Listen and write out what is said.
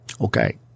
Okay